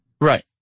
Right